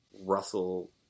Russell